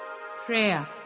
Prayer